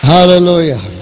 Hallelujah